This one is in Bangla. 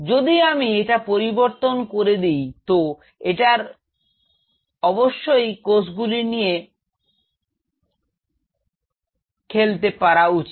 যদি আমি এটা পরিবর্তন করে দি তো এটার অবশ্যই কোষগুলিকে নিয়ে খেলতে পারা উচিত